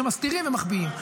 שמסתירים ומחביאים.